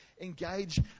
engage